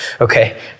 Okay